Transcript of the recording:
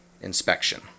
inspection